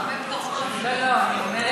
בסדר.